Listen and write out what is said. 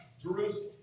Jerusalem